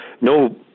no